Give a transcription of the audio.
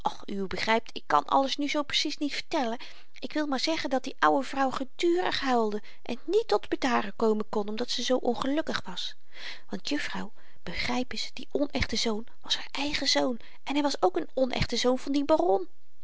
uwe begrypt ik kan alles nu zoo precies niet vertellen ik wil maar zeggen dat die oude vrouw gedurig huilde en niet tot bedaren komen kon omdat ze zoo ongelukkig was want juffrouw begryp eens die onechte zoon was haar eigen zoon en hy was ook n onechte zoon van dien baron